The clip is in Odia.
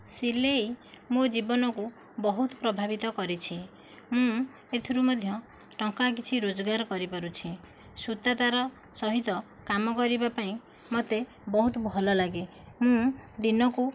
ସିଲେଇ ମୋ ଜୀବନକୁ ବହୁତ ପ୍ରଭାବିତ କରିଛି ମୁଁ ଏଥିରୁ ମଧ୍ୟ ଟଙ୍କା କିଛି ରୋଜଗାର କରିପାରୁଛି ସୁତା ତାର ସହିତ କାମ କରିବା ପାଇଁ ମୋତେ ବହୁତ ଭଲ ଲାଗେ ମୁଁ ଦିନକୁ